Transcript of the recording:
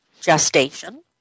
gestation